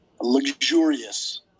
Luxurious